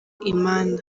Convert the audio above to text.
iman